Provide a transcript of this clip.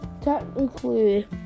technically